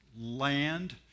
land